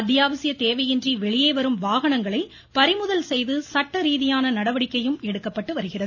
அத்தியாவசிய தேவையின்றி வெளியே வரும் வாகனங்களை பறிமுதல் செய்து சட்ட ரீதியான நடவடிக்கையும் எடுக்கப்பட்டு வருகின்றன